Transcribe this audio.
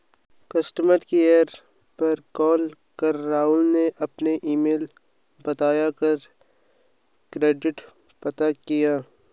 customer care पर call कर राहुल ने अपना ईमेल बता कर क्रेडिट पता किया